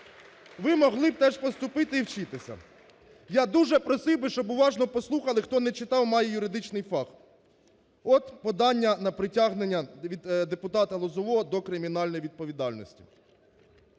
Ви могли б теж поступити і вчитися. Я дуже просив би, щоб уважно послухали, хто не читав, має юридичний факт. От подання на притягнення депутата Лозового до кримінальної відповідальності.